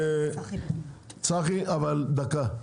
בבקשה, צחי, אבל דקה.